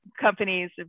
companies